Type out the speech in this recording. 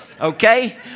Okay